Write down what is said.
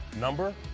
number